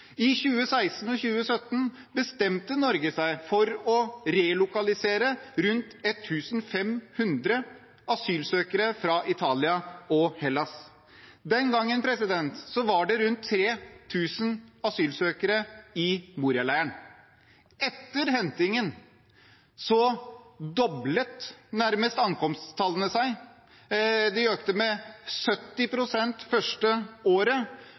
I 2016–2017 bestemte Norge seg for å relokalisere rundt 1 500 asylsøkere fra Italia og Hellas. Den gangen var det rundt 3 000 asylsøkere i Moria-leiren. Etter hentingen doblet nærmest ankomsttallene seg. De økte med 70 pst. det første året,